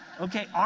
Okay